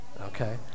Okay